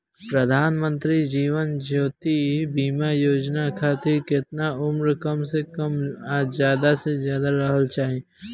प्रधानमंत्री जीवन ज्योती बीमा योजना खातिर केतना उम्र कम से कम आ ज्यादा से ज्यादा रहल चाहि?